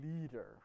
leader